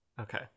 okay